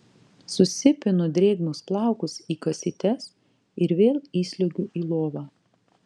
susipinu drėgnus plaukus į kasytes ir vėl įsliuogiu į lovą